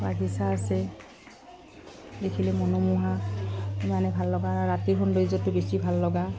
বাগিচা আছে দেখিলে মনোমোহা ইমানে ভাল লগা আৰু ৰাতিৰ সৌন্দৰ্যটো বেছি ভাল লগা